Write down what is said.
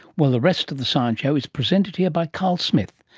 well, the rest of the science show is presented here by carl smith,